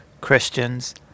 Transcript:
Christians